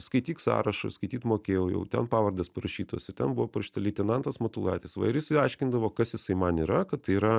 skaityk sąrašą skaityt mokėjau jau ten pavardės parašytos ir ten buvo parašyta leitenantas matulaitis va ir jis aiškindavo kas jisai man yra kad tai yra